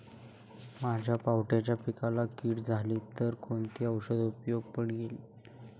माझ्या पावट्याच्या पिकाला कीड झाली आहे तर कोणते औषध उपयोगी पडेल?